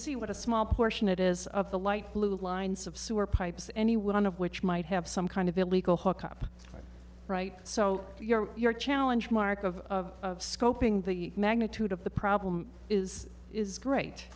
see what a small portion it is of the light blue lines of sewer pipes any one of which might have some kind of illegal hookup right so your challenge mark of scoping the magnitude of the problem is is great